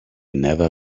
never